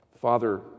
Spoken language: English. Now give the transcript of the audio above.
Father